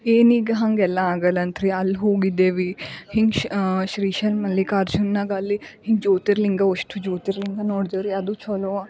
ಏನೀಗ ಹಂಗೆಲ್ಲ ಆಗೊಲ್ಲ ಅಂತೆ ರಿ ಅಲ್ಲಿ ಹೋಗಿದ್ದೆವು ಹಿಂಗ ಶ್ರೀಶೈಲ ಮಲ್ಲಿಕಾರ್ಜುನ್ನಾಗ ಅಲ್ಲಿ ಹಿಂಗ ಜೋತಿರ್ಲಿಂಗ ಅಷ್ಟು ಜೋತಿರ್ಲಿಂಗ ನೋಡ್ದೇವು ರಿ ಅದು ಚಲೋ